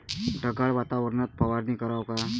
ढगाळ वातावरनात फवारनी कराव का?